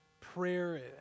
prayer